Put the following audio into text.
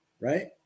Right